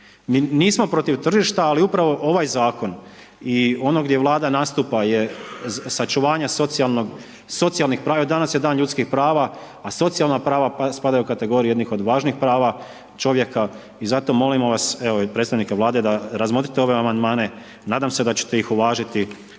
Nismo protiv tržišta ali upravo ovaj zakon i ono gdje vlada nastupa je sačuvanju socijalnih prava, danas je dan ljudskih prava, a socijalna prava, spadaju u kategoriju jednu od važnijih prava čovjeka i zato molimo vas, evo i predstavnika vlade, da razmotrite ove amandmane, nadam se da ćete ih uvažiti,